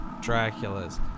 draculas